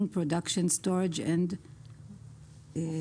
production storage and offloading)